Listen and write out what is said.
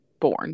born